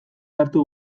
hartu